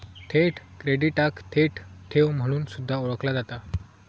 थेट क्रेडिटाक थेट ठेव म्हणून सुद्धा ओळखला जाता